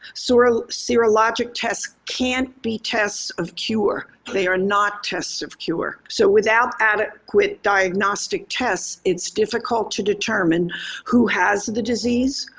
sort of serologic tests can't be tests of cure. they are not tests of cure. so without adequate diagnostic tests, it's difficult to determine who has the disease,